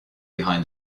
behind